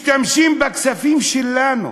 משתמשים בכספים שלנו,